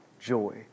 joy